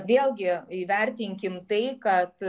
vėlgi įvertinkim tai kad